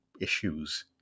issues